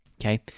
Okay